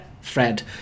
Fred